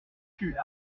fut